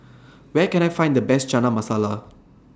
Where Can I Find The Best Chana Masala